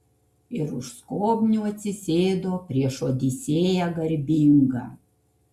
ir už skobnių atsisėdo prieš odisėją garbingą